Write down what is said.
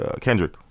Kendrick